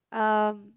um